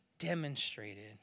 demonstrated